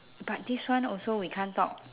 but this one also we can't talk